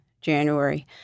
January